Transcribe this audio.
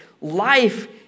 life